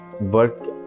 work